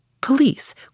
Police